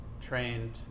trained